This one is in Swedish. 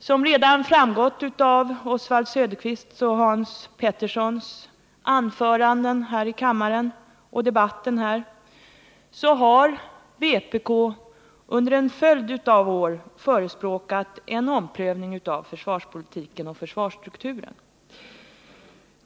Såsom redan har framgått av Oswald Söderqvists och Hans Peterssons i Hallstahammar anföranden i debatten här i kammaren har vpk under en följd av år förespråkat en omprövning av försvarspolitiken och försvarsstrukturen.